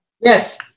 Yes